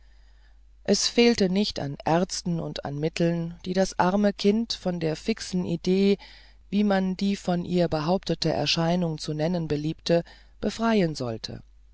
es fehlte nicht an ärzten und an mitteln die das arme kind von der fixen idee wie man die von ihr behauptete erscheinung zu nennen beliebte befreien sollten